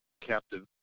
captive